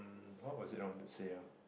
what was it I wanted to say ah